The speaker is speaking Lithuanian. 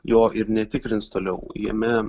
jo ir netikrins toliau jame